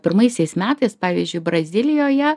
pirmaisiais metais pavyzdžiui brazilijoje